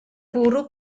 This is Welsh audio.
bwrw